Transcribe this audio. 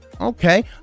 okay